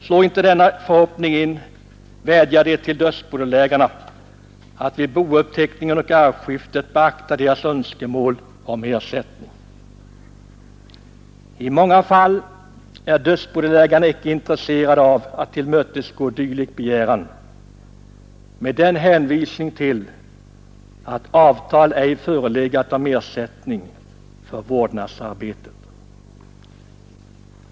Slår inte denna förhoppning in vädjar de till dödsbodelägarna att vid bouppteckningen och arvskiftet beakta deras önskemål om ersättning. I många fall är dödsbodelägarna inte intresserade äv att tillmötesgå en sådan begäran, med hänvisning till att något avtal om ersättning för vårdnadsarbetet icke har förelegat.